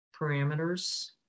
parameters